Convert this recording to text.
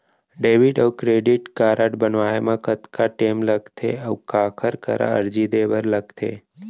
Debit अऊ credit card बनवाए मा कतका टेम लगथे, अऊ काखर करा अर्जी दे बर लगथे?